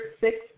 six